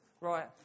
Right